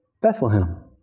Bethlehem